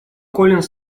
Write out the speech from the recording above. коллинс